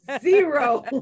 zero